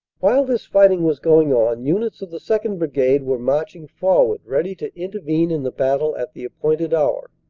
uwhile this fighting was going on units of the second. brigade were marching forward ready to intervene in the battle at the appointed hour.